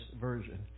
version